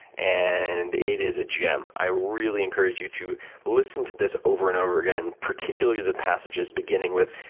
and it is a gem. i really encourage you to listen to this over and over again particularly the passages beginning with,